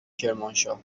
کرمانشاه